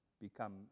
become